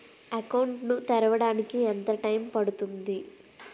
Account ను తెరవడానికి ఎంత టైమ్ పడుతుంది?